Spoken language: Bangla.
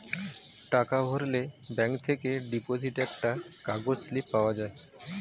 টাকা ভরলে ব্যাঙ্ক থেকে ডিপোজিট একটা কাগজ স্লিপ পাওয়া যায়